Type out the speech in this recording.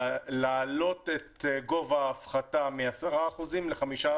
להעלות את גובה ההפחתה מ-10% ל-15%,